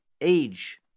age